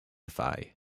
phi